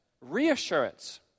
reassurance